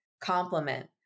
complement